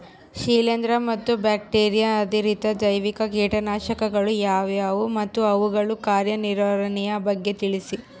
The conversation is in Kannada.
ಶಿಲೇಂದ್ರ ಮತ್ತು ಬ್ಯಾಕ್ಟಿರಿಯಾ ಆಧಾರಿತ ಜೈವಿಕ ಕೇಟನಾಶಕಗಳು ಯಾವುವು ಮತ್ತು ಅವುಗಳ ಕಾರ್ಯನಿರ್ವಹಣೆಯ ಬಗ್ಗೆ ತಿಳಿಸಿ?